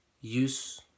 Use